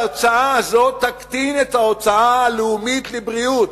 ההוצאה הזאת תקטין את ההוצאה הלאומית לבריאות,